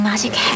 Magic